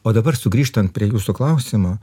o dabar sugrįžtant prie jūsų klausimo